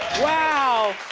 wow,